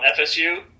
FSU